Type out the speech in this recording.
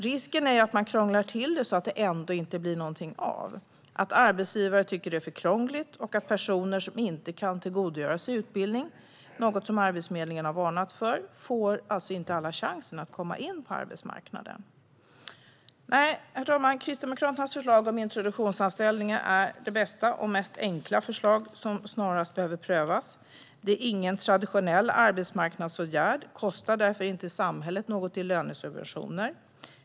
Risken är att man krånglar till det så att det inte blir något av, att arbetsgivare tycker att det blir för krångligt och att personer som kanske inte kan tillgodogöra sig utbildning inte får chansen att komma in på arbetsmarknaden - något som Arbetsförmedlingen har varnat för. Herr talman! Kristdemokraternas förslag om introduktionsanställningar är det bästa och enklaste förslaget, och det behöver snarast prövas. Det är ingen traditionell arbetsmarknadsåtgärd och kostar därför inte samhället något i lönesubventioner.